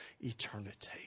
eternity